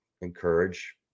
encourage